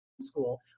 school